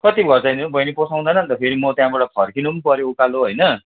कति भयो त्यहाँनिर बहिनी पोसाउँदैन त फेरि म त्यहाँबाट फर्किनु पनि पर्यो उकालो होइन